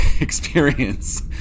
experience